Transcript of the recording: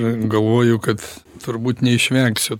ir galvoju kad turbūt neišvengsi